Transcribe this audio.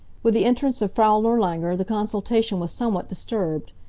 with the entrance of frau nirlanger the consultation was somewhat disturbed.